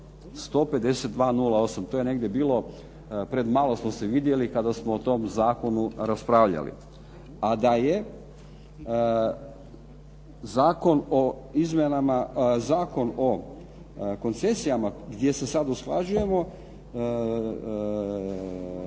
152/08. To je negdje bilo, premalo smo se vidjeli kada smo o tom zakonu raspravljali. A da je zakon o izmjenama Zakon o koncesijama gdje se sada usklađujemo